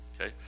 okay